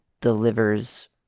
delivers